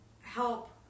help